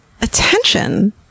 attention